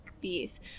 beef